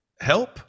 help